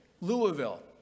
Louisville